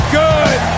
good